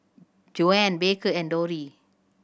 Joann Baker and Dori